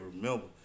remember